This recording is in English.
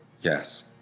Yes